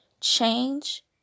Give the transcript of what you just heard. change